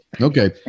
okay